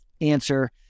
answer